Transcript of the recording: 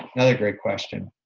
another great question.